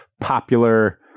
popular